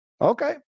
okay